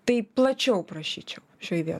tai plačiau prašyčiau šioj vietoj